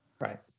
Right